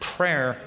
Prayer